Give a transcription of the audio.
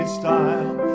style